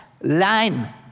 line